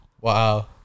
Wow